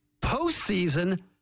postseason